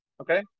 okay